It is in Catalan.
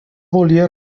volia